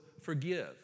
forgive